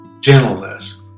gentleness